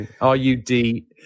R-U-D